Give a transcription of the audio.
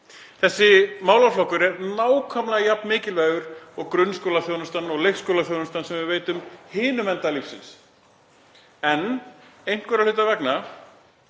Þessi málaflokkur er nákvæmlega jafn mikilvægur og grunnskólaþjónustan og leikskólaþjónustan sem við veitum á hinum enda lífsins, en einhverra hluta vegna,